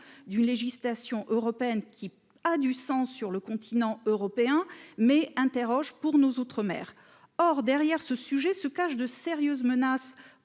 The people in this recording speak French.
d'une législation européenne qui a du sang sur le continent européen mais interroges pour nos outre-mer or derrière ce sujet se cachent de sérieuses menaces